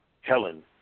Helen